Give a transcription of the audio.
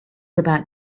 about